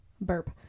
burp